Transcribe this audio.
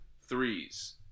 threes